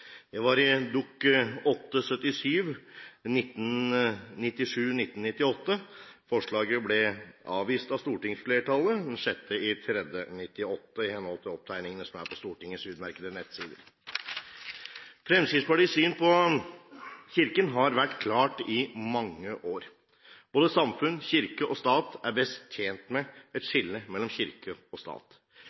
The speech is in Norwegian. Det var i Dokument nr. 8:77 for 1997–1998. Forslaget ble avvist av stortingsflertallet den 6. mars 1998, i henhold til opptegningene som er på Stortingets utmerkede nettsider. Fremskrittspartiets syn på Kirken har vært klart i mange år. Både samfunn, kirke og stat er best tjent med et skille mellom kirke og stat.